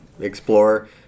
explore